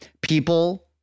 People